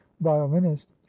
violinist